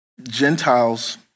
Gentiles